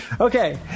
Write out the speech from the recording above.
Okay